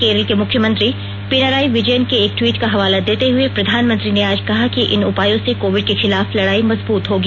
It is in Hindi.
केरल के मुख्यमंत्री पिनाराई विजयन के एक ट्वीट का हवाला देते हुए प्रधानमंत्री ने आज कहा कि इन उपायों से कोविड के खिलाफ लड़ाई मजबूत होगी